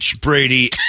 Brady